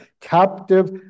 captive